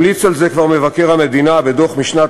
המליץ על זה כבר מבקר המדינה בדוח משנת